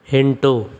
ಎಂಟು